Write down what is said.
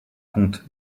comptent